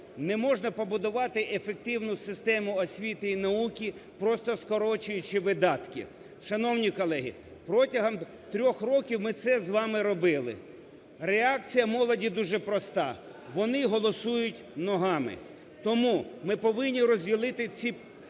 Не можна побудувати ефективну систему освіти і науки, просто скорочуючи видатки. Шановні колеги, протягом трьох років ми це з вами робили. Реакція молоді дуже проста: вони голосують ногами. Тому ми повинні розділити ці